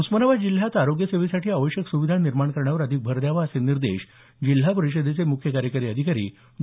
उस्मानाबाद जिल्हयात आरोग्य सेवेसाठी आवश्यक सुविधा निर्माण करण्यावर अधिक भर द्यावाअसे निर्देश जिल्हा परिषदेचे मुख्य कार्यकारी अधिकारी डॉ